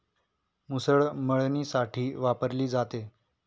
मुसळ मळणीसाठी वापरली जाते